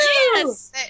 Yes